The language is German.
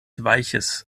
weiches